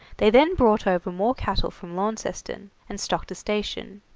they then brought over more cattle from launceston, and stocked a station.